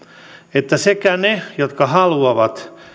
että sekä ne jotka haluavat